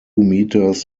meters